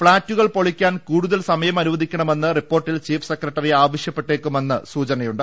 ഫ്ളാറ്റുകൾ പൊളിക്കാൻ കൂടുതൽ സമയം അനുവദിക്കണമെന്ന് റിപ്പോർട്ടിൽ ചീഫ് സെക്രട്ടറി ആവശ്യപ്പെട്ടേക്കുമെന്ന് സൂചനയുണ്ട്